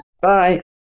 Bye